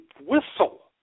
whistle